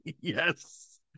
Yes